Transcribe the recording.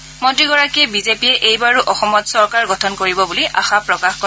মুখ্যমন্ত্ৰীগৰাকীয়ে বিজেপিয়ে এইবাৰো অসমত চৰকাৰ গঠন কৰিব বুলি আশা প্ৰকাশ কৰে